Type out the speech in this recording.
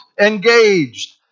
engaged